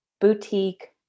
boutique